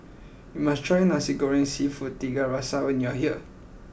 you must try Nasi Goreng Seafood Tiga Rasa when you are here